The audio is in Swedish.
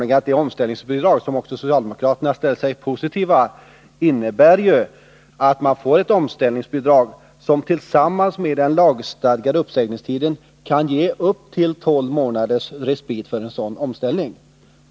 Genom omställningsbidraget, som även socialdemokraterna ställt sig positiva till, kan man nämligen få en förlängd uppsägningstid, som tillsammans med den lagstadgade uppsägningstiden kan ge upp till tolv månaders respit vid en omställning.